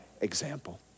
example